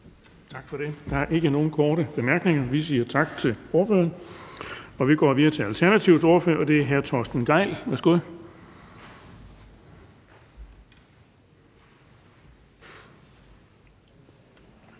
Tak for det. Der er ikke nogen korte bemærkninger. Vi siger tak til ordføreren. Og vi går videre til Alternativets ordfører, og det er hr. Torsten Gejl. Værsgo.